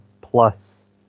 plus